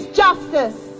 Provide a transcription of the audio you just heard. justice